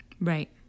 Right